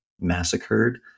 massacred